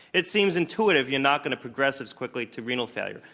it seems intuitive, you're not going to progress as quickly to renal failure.